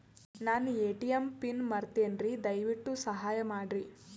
ನನ್ನ ATM PIN ಮರೆತೇನ್ರೀ, ದಯವಿಟ್ಟು ಸಹಾಯ ಮಾಡ್ರಿ